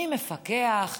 מי מפקח?